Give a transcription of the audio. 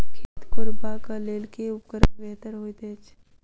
खेत कोरबाक लेल केँ उपकरण बेहतर होइत अछि?